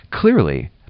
Clearly